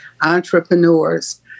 entrepreneurs